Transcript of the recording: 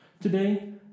Today